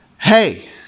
hey